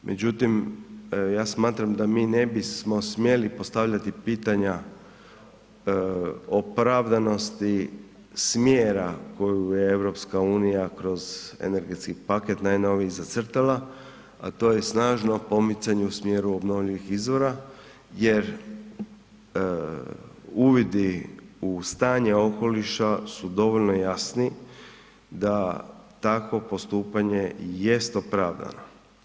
Međutim, ja smatram da mi ne bismo smjeli postavljati pitanja opravdanosti smjera koju je EU kroz energetski paket najnoviji zacrtala, a to je snažno pomicanje u smjeru obnovljivih izvora jer uvidi u stanje okoliša su dovoljno jasni da takvo postupanje jest opravdanje.